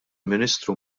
ministru